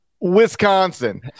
Wisconsin